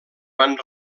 van